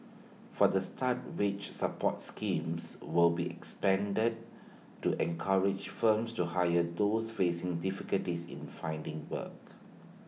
for the start wage support schemes will be expanded to encourage firms to hire those facing difficulties in finding work